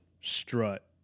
Strut